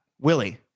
Willie